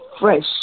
fresh